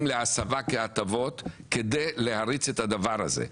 להסבה כהטבות כדי להריץ את הדבר הזה.